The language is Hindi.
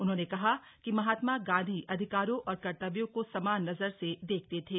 उन्होंने कहा कि महात्मा गांधी अधिकारों और कर्तव्यों को समान नजर से देखते थे